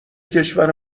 کشور